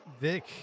Vic